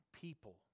people